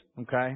Okay